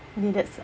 I mean that's